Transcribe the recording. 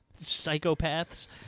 psychopaths